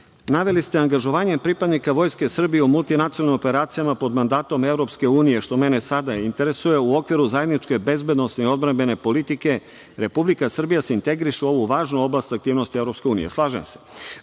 naveli ste angažovanje pripadnika Vojske Srbije u multinacionalnim operacijama pod mandatom EU, što mene sada interesuje, u okviru zajedničke bezbedonosne i odbrambene politike Republika Srbija se integriše u ovu važnu oblast aktivnosti EU. Slažem se. Ja